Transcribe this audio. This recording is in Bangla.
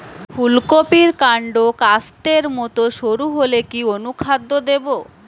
ফুলকপির কান্ড কাস্তের মত সরু হলে কি অনুখাদ্য দেবো?